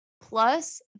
Plus